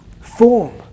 form